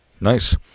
Nice